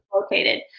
located